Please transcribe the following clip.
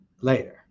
Later